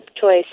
choice